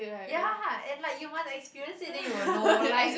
ya and like you must experience it then you will know like